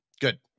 good